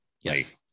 Yes